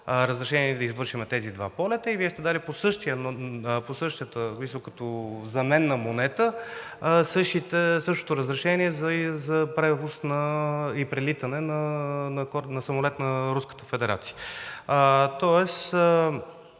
разрешение да извършим тези два полета, и Вие сте дали като разменна монета същото разрешение за превоз и прелитане на самолет на